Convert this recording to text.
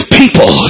people